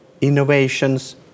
innovations